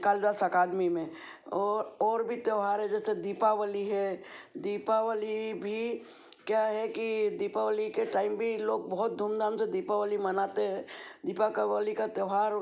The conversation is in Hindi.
कालिदास अकादमी में और और भी त्योहार है जैसे दीपावली है दीपावली भी क्या है कि दीपावली के टाइम भी ये लोग बहुत धूमधाम से दीपावली मनाते हैं दीपा का वली का त्योहार